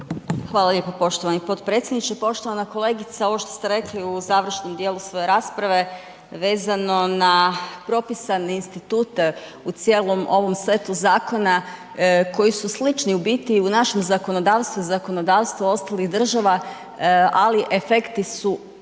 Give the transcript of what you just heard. Hvala lijepo poštovani potpredsjedniče. Poštovana kolegice, ovo što ste rekli u završnom dijelu svoje rasprave vezano na propisane institute u cijelom ovom setu zakona koji su slični u biti i u našem zakonodavstvu i u zakonodavstvu ostalih država, ali efekti su